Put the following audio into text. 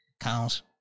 Counts